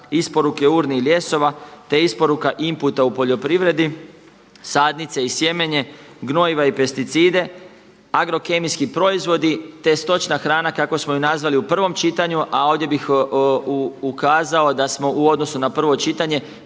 isporuke urni i ljesova, te isporuka inputa u poljoprivredi, sadnice i sjemenje, gnojiva i pesticide, agrokemijski proizvodi, te stočna hrana kako smo je nazvali u prvom čitanju, a ovdje bih ukazao da smo u odnosu na prvo čitanje